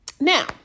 Now